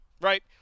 Right